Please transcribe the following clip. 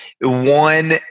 one